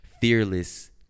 fearless